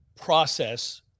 process